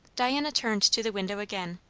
diana turned to the window again,